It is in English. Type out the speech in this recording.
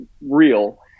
real